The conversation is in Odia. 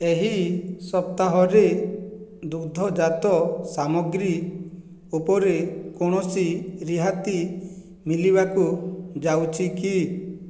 ଏହି ସପ୍ତାହରେ ଦୁଗ୍ଧଜାତ ସାମଗ୍ରୀ ଉପରେ କୌଣସି ରିହାତି ମିଳିବାକୁ ଯାଉଛି କି